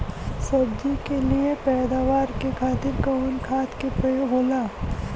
सब्जी के लिए पैदावार के खातिर कवन खाद के प्रयोग होला?